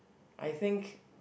I think